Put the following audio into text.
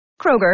Kroger